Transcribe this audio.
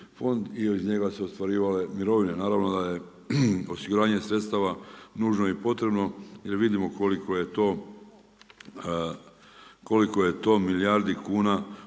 i iz njega se ostvarivale mirovine. Naravno da je osiguranje sredstava nužno i potrebno jel vidimo koliko je to milijardi kuna